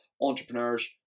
entrepreneurs